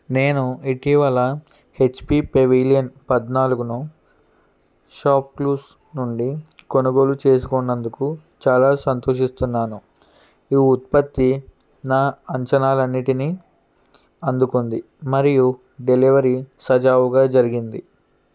నేను ఇటీవల HP pavilion పద్నాలుగును షాప్ క్లూస్ నుండి కొనుగోలు చేసుకున్నందుకు చాలా సంతోషిస్తున్నాను ఈ ఉత్పత్తి నా అంచనాలన్నింటినీ అందుకుంది మరియు డెలివరీ సజావుగా జరిగింది